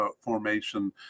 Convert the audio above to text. formation